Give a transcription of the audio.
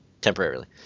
temporarily